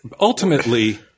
ultimately